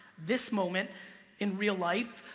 this moment in real life,